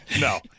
No